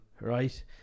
right